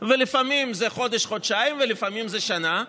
ולפעמים של חודש, חודשיים, ולפעמים שנה,